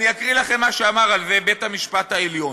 אני אקריא לכם מה שאמר על זה בית-המשפט העליון: